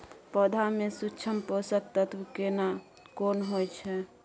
पौधा में सूक्ष्म पोषक तत्व केना कोन होय छै?